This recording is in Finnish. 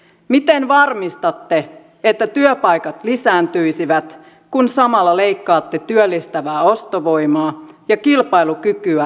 miten varmistatte että työpaikat lisääntyisivät kun samalla leikkaatte työllistävää ostovoimaa ja kilpailukykyä luovaa koulutusta